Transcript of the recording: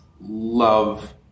love